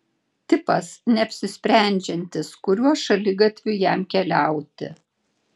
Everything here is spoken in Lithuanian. tipas neapsisprendžiantis kuriuo šaligatviu jam keliauti